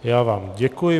Já vám děkuji.